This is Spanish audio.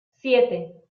siete